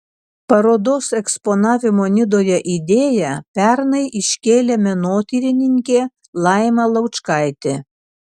parodos eksponavimo nidoje idėją pernai iškėlė menotyrininkė laima laučkaitė